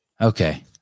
Okay